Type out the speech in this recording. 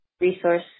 resource